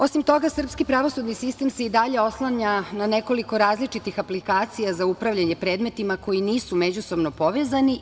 Osim toga srpski pravosudni sistem se i dalje oslanja na nekoliko različitih aplikacija za upravljanje predmetima koji nisu međusobno povezani.